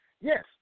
Yes